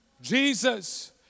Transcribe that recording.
Jesus